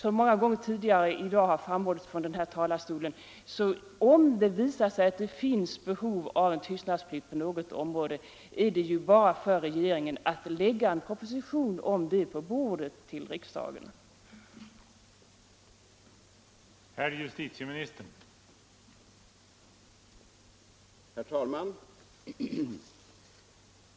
Om det skulle visa sig föreligga behov av tystnadsplikt på något speciellt område kan ju regeringen — som redan många gånger har sagts från denna talarstol i dag — lägga fram en proposition härom på riksdagens bord.